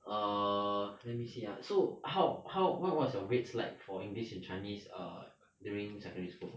err let me see ah so how how what what was your grades like for english and chinese err during secondary school